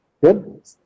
Good